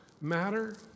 matter